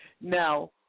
Now